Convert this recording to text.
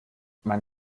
man